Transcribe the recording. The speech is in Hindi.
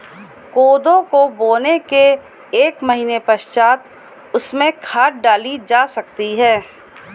कोदो को बोने के एक महीने पश्चात उसमें खाद डाली जा सकती है